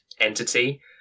entity